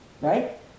Right